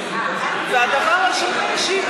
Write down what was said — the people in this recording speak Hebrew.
הדבר השני,